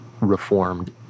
reformed